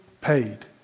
paid